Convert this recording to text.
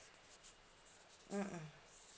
mm mm